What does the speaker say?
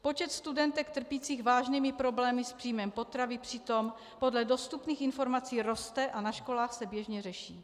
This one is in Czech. Počet studentek trpících vážnými problémy s příjmem potravy přitom podle dostupných informací roste a na školách se běžně řeší.